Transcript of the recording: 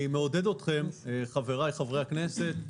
חבריי חברי הכנסת,